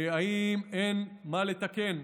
האם אין מה לתקן?